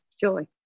joy